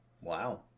Wow